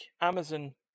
Amazon